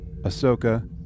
Ahsoka